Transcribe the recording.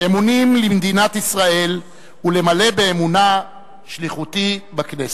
אמונים למדינת ישראל ולמלא באמונה שליחותי בכנסת".